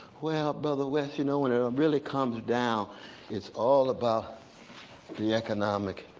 well, brother west, you know, when it really comes down it's all about the economic,